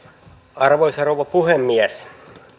arvoisa rouva puhemies